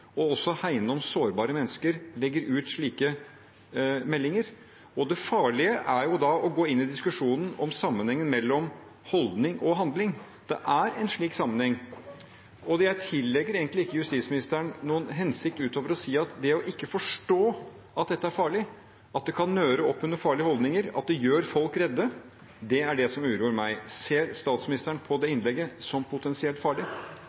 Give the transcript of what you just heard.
og også hegne om sårbare mennesker, legger ut slike meldinger? Det farlige er jo da å gå inn i diskusjonen om sammenhengen mellom holdning og handling. Det er en slik sammenheng. Jeg tillegger egentlig ikke justisministeren noen hensikt utover å si at det å ikke forstå at dette er farlig – at det kan nøre opp under farlige holdninger, at det gjør folk redde – er det som uroer meg. Ser statsministeren på det innlegget som potensielt farlig?